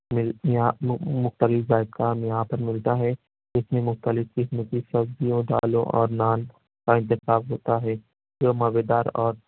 یہاں مختلف ذائقہ یہاں پہ ملتا ہے جس میں مختلف قسم کی سبزیوں دالوں اور نان کا انتخاب ہوتا ہے جو مزیدار اور